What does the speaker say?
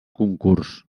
concurs